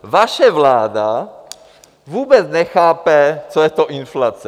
Vaše vláda vůbec nechápe, co je to inflace.